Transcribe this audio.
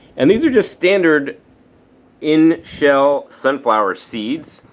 and these are just standard in shell sunflower seeds.